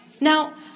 Now